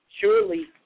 surely